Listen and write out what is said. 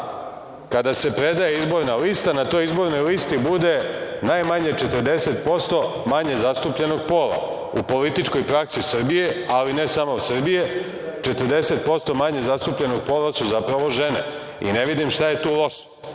kada se predaje izborna lista, na toj izbornoj listi bude najmanje 40% manje zastupljenog pola u političkoj praksi Srbije, ali ne samo Srbije. Četrdeset posto manje zastupljenog pola su zapravo žene i ne vidim šta je tu loše. Na